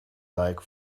like